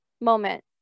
moment